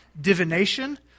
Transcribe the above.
divination